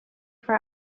for